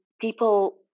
people